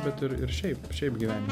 bet ir ir šiaip šiaip gyvenime